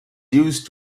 used